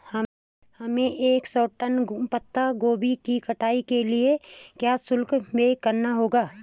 हमें एक सौ टन पत्ता गोभी की कटाई के लिए क्या शुल्क व्यय करना होगा?